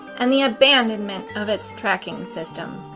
and the abandonment of its tracking system.